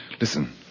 Listen